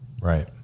Right